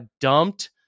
dumped